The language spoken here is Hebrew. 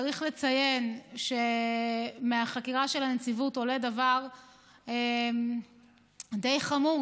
צריך לציין שמהחקירה של הנציבות עולה דבר די חמור,